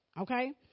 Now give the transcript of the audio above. okay